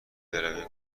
برویم